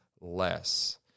less